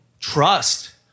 trust